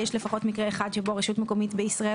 יש לפחות מקרה אחד שבו רשות מקומית בישראל